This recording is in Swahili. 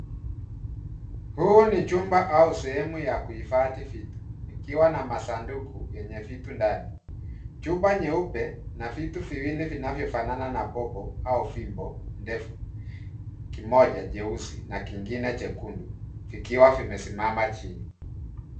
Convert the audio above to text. Huu ni jumba au sehemu ya kuhifadhi vitu, ikiwa na masanduku yenye vitu ndani. Chupa nyeupe na vitu viwili vinavyofanana na popo au fimbo ndefu, kimoja cheusi na kingine chekundu, vikiwa vimesimama chini.